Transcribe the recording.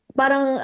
parang